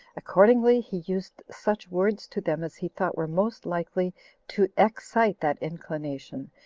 accordingly he used such words to them as he thought were most likely to excite that inclination,